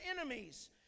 enemies